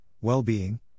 well-being